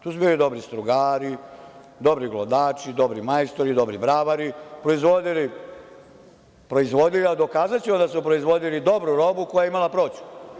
Tu su bili dobri strugari, dobri glodači, dobri majstori, dobri bravari, proizvodili, a dokazaću vam da su proizvodili dobru robu koja je imala prođu.